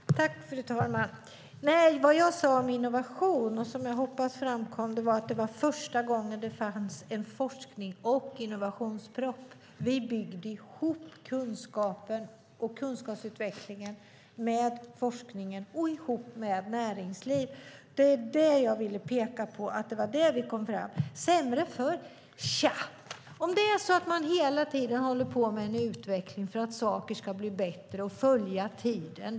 Fru talman! Nej, vad jag sade om innovation, och som jag hoppas framkom, var att det var första gången det fanns en forsknings och innovationsproposition. Vi byggde ihop kunskapen och kunskapsutvecklingen med forskningen och ihop med näringslivet. Det var det jag ville peka på att vi kom fram med. Var det sämre förr? Tja. Det är väl så att man hela tiden håller på med en utveckling för att saker ska bli bättre och följa tiden.